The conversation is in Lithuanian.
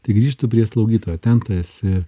tai grįžtu prie slaugytojo ten tu esi